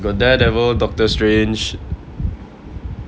the daredevil doctor strange